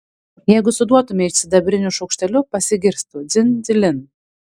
jeigu suduotumei sidabriniu šaukšteliu pasigirstų dzin dzilin